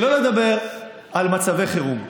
שלא לדבר על מצבי חירום.